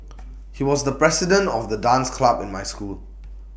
he was the president of the dance club in my school